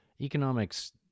economics